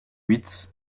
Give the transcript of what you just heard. huit